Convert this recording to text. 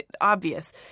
obvious